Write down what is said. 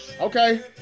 Okay